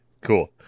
cool